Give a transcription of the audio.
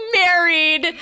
married